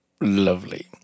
Lovely